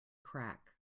crack